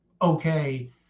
Okay